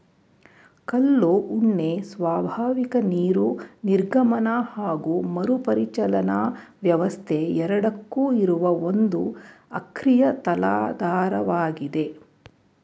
ಕಲ್ಲು ಉಣ್ಣೆ ಸ್ವಾಭಾವಿಕ ನೀರು ನಿರ್ಗಮನ ಹಾಗು ಮರುಪರಿಚಲನಾ ವ್ಯವಸ್ಥೆ ಎರಡಕ್ಕೂ ಇರುವ ಒಂದು ಅಕ್ರಿಯ ತಲಾಧಾರವಾಗಿದೆ